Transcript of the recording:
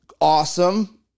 awesome